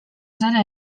zara